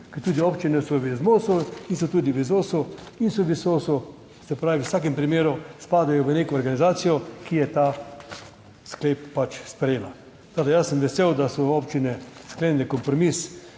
ker tudi občine so v ZMOS in so tudi v ZOSU in so v SOSU, se pravi, v vsakem primeru spadajo v neko organizacijo, ki je ta sklep pač sprejela. Tako, da jaz sem vesel, da so občine sklenili kompromis